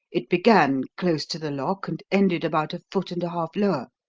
it began close to the lock and ended about a foot and a half lower.